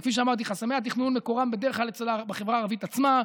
וכפי שאמרתי: חסמי התכנון מקורם בדרך כלל בחברה הערבית עצמה,